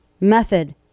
method